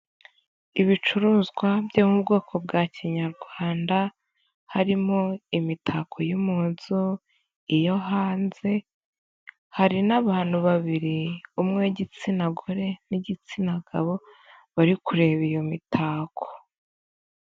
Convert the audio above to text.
Ibicuruzwa byo mu bwoko bwa Kinyarwanda harimo: imitako yo mu nzu, iyo hanze, hari n'abantu babiri umwe w'igitsina gore n'igitsina gabo bari kureba iyo mitako.